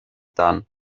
done